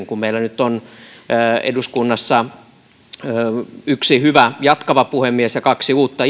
kun meillä nyt on eduskunnassa yksi hyvä jatkava puhemies ja myös kaksi uutta